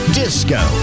disco